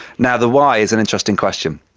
now, the why is an interesting question.